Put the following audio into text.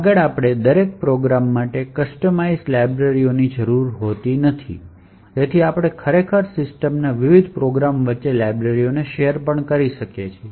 આગળ આપણે દરેક પ્રોગ્રામ માટે કસ્ટમાઇઝ્ડ લાઇબ્રેરીઓની જરૂર હોતી નથી તેથી આપણે ખરેખર સિસ્ટમમાં વિવિધ પ્રોગ્રામ્સ વચ્ચેની લાઇબ્રેરીઓ શેર કરી શકીએ છીએ